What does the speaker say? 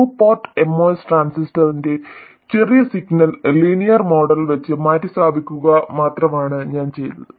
to port MOS ട്രാൻസിസ്റ്ററിന്റെ ചെറിയ signal linear model വെച്ച് മാറ്റിസ്ഥാപിക്കുക മാത്രമാണ് ഞാൻ ചെയ്തത്